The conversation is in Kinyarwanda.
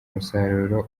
umusaruro